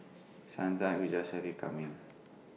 sometimes we just have IT coming